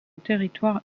territoire